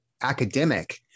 academic